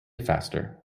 faster